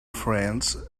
friends